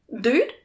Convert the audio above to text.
dude